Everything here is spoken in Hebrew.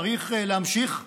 צריך להמשיך לאזן,